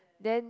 then